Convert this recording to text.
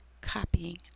copying